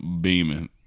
Beaming